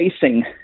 facing